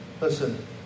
Listen